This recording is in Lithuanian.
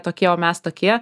tokie o mes tokie